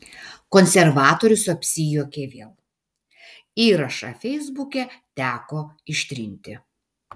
konservatorius apsijuokė vėl įrašą feisbuke teko ištrinti